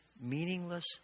meaningless